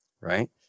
Right